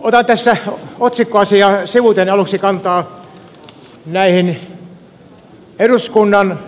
otan tässä otsikkoasiaa sivuten aluksi kantaa näihin eduskunnan